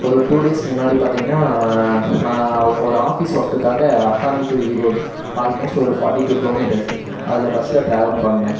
ஒரு டூ டேஸ்க்கு முன்னாடி பார்த்திங்கனா நான் ஒரு ஆஃபீஸ் ஒர்க்குக்காக அத்தானி டூ ஈரோடு ஆல்மோஸ்ட் ஒரு ஃபார்டி டூ கிலோ மீட்டர்ஸ் அதில் பஸ்ஸில் டிராவல் பண்ணிணேன்